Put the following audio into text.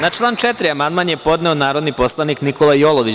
Na član 4. amandman je podneo narodni poslanik Nikola Jolović.